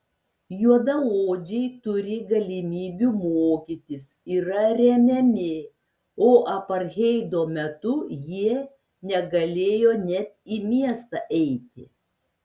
juodaodžiai turi galimybių mokytis yra remiami o apartheido metu jie negalėjo net į miestą eiti